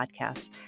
podcast